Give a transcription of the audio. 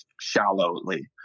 shallowly